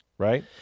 Right